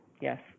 yes